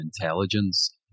intelligence